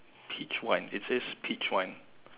peach wine it says peach wine